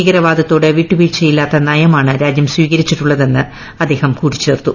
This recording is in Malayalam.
ഭീകരവാദത്തോട് വിട്ടുവീഴ്ചയില്ലാത്ത നയമാണ് രാജൃം സ്വീകരിച്ചിട്ടുള്ളതെന്ന് അദ്ദേഹം പറഞ്ഞു